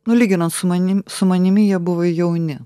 nu lyginant su manim su manimi jie buvo jauni